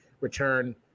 return